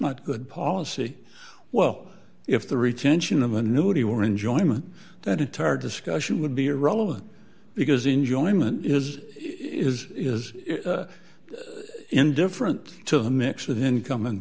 not good policy well if the retention of a nudie were enjoyment that entire discussion would be irrelevant because enjoyment is is is indifferent to the mix of income